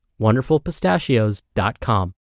wonderfulpistachios.com